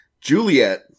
Juliet